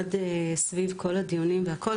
במיוחד סביב כל הדיונים והכול.